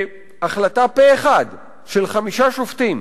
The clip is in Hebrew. בהחלטה פה-אחד של חמישה שופטים,